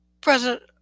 President